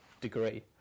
degree